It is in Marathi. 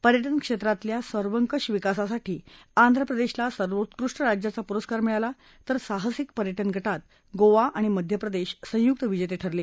पर्यटन क्षेत्रातल्या सर्वकष विकासासाठी आंध्रप्रदेशला सर्वोत्कृष्ट राज्याचा पुरस्कार मिळाला तर साहसिक पर्यटन गटात गोवा आणि मध्य प्रदेश संयुक्त विजेते ठरले